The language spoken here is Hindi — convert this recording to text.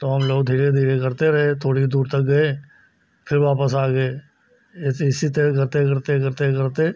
तो हम लोग धीरे धीरे करते रहे थोड़ी दूर तक गए फिर वापस आ गए ऐसे इसी तरह करते करते करते करते